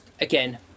Again